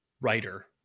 writer